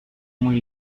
muy